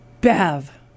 Bev